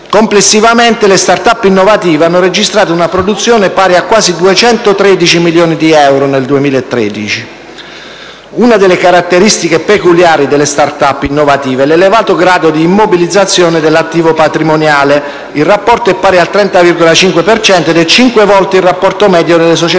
Complessivamente le *start-up* innovative hanno registrato una produzione pari a quasi 213 milioni di euro nel 2013. Una delle caratteristiche peculiari delle *start-up* innovative è l'elevato grado di immobilizzazione dall'attivo patrimoniale: il rapporto è pari al 30,5 per cento ed è cinque volte il rapporto medio delle società